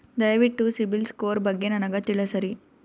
ದಯವಿಟ್ಟು CIBIL score ಬಗ್ಗೆ ನನಗ ತಿಳಸರಿ?